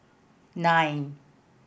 nine